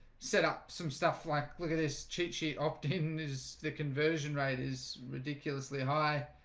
setup some stuff, like look at this cheat sheet opt-in is the conversion rate is ridiculously high